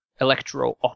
electro